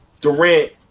Durant